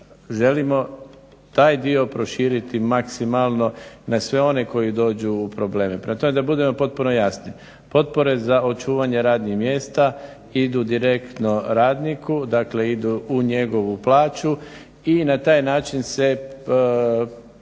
želimo, taj dio proširiti maksimalno na sve one koji dođu u probleme. Prema tome da budemo potpuno jasni, potpore za očuvanje radnih mjesta idu direktno radniku, dakle idu u njegovu plaću i na taj način se prebrođuje